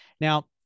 Now